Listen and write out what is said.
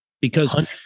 Because-